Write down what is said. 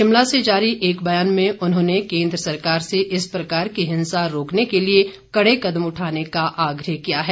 शिमला से जारी एक बयान में उन्होंने केन्द्र सरकार से इस प्रकार की हिंसा रोकने के लिए कड़े कदम उठाने का आग्रह किया है